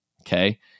okay